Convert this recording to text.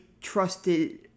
trusted